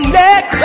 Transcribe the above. neck